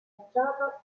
facciata